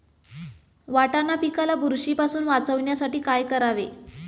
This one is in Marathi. वाटाणा पिकाला बुरशीपासून वाचवण्यासाठी काय करावे?